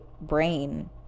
brain